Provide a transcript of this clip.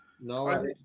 No